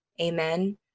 Amen